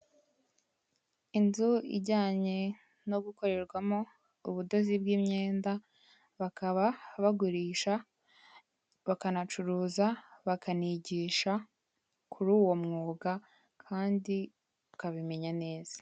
Inzu ijyanye no gukorerwamo ubudozi bw'imyenda bakaba bagurisha, bakanacuruza, bakanigisha kur'uwo mwuga kandi bakabimenya neza.